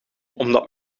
omdat